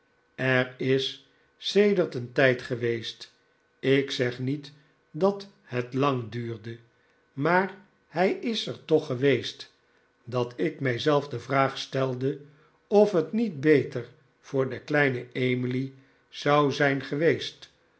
er is sedert een tijd gewees't ik zeg niet dat het lang duurde maar hij is er toch ge weest dat ik mij zelf de vraag stelde of het niet beter voor de kleine emily zou zijn geweest